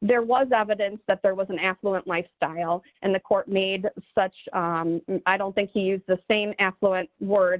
there was evidence that there was an affluent lifestyle and the court made such i don't think he used the same affluent word